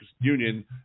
Union